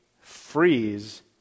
freeze